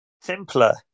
simpler